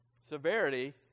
severity